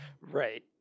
right